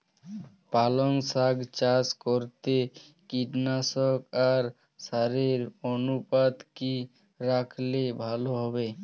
পালং শাক চাষ করতে কীটনাশক আর সারের অনুপাত কি রাখলে ভালো হবে?